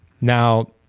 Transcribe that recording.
Now